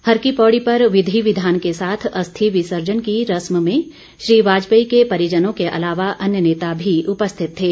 हर की पौड़ी पर विधि विधान के साथ अस्थि विसर्जन की रस्म में श्री वाजपेयी के परिजनों के अलावा अन्य नेता भी उपस्थित थे